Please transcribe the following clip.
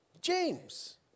James